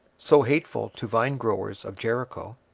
so hateful to vinegrowers of jericho,